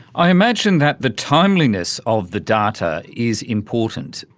i imagine that the timeliness of the data is important.